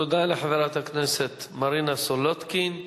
תודה לחברת הכנסת מרינה סולודקין.